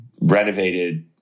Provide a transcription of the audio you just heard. renovated